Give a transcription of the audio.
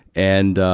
and,